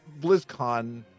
BlizzCon